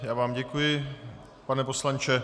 Já vám děkuji, pane poslanče.